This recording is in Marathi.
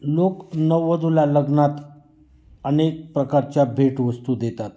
लोक नववधूला लग्नात अनेक प्रकारच्या भेटवस्तू देतात